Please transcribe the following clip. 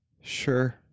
Sure